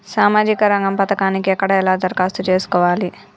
సామాజిక రంగం పథకానికి ఎక్కడ ఎలా దరఖాస్తు చేసుకోవాలి?